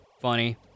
funny